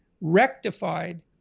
rectified